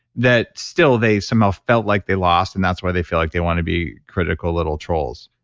that still they somehow felt like they lost and that's where they feel like they want to be critical little trolls.